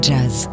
Jazz